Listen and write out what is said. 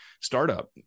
startup